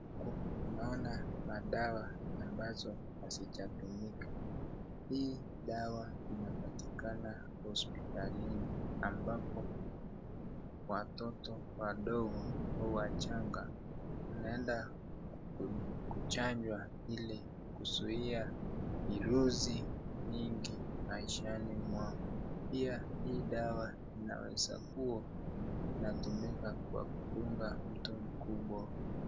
huko unaona madawa ambazo hazijatumika. Hii dawa inapatikana hospitalini ambapo watoto wadogo huwachanga wanaenda kuchanjwa ili kuzuia virusi nyingi maishani mwa. Pia hii dawa inaweza kuwa inatumika kwa kudunga mtu mkubwa.